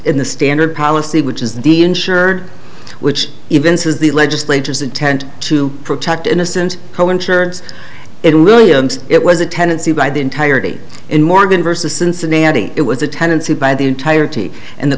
in the standard policy which is the insured which even says the legislature is intent to protect innocent co insurance it williams it was a tendency by the entirety in morgan versus cincinnati it was a tendency by the entirety and the